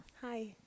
Hi